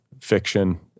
fiction